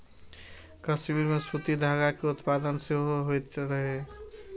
कश्मीर मे सूती धागा के उत्पादन सेहो होइत रहै